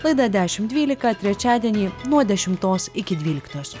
laida dešimt dvylika trečiadienį nuo dešimtos iki dvyliktos